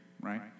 right